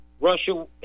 Russia